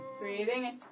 Breathing